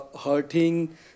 hurting